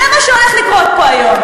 זה מה שהולך לקרות פה היום.